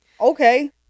Okay